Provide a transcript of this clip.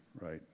right